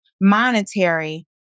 monetary